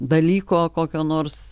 dalyko kokio nors